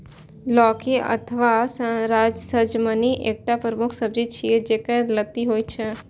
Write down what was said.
लौकी अथवा सजमनि एकटा प्रमुख सब्जी छियै, जेकर लत्ती होइ छै